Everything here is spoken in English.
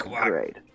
great